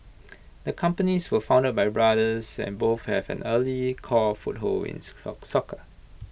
the companies were founded by brothers and both had an early core foothold in soccer